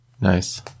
nice